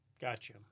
Gotcha